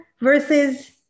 versus